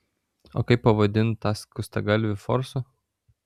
o kaip pavadinti tą skustagalvį forsu